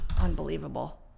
Unbelievable